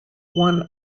one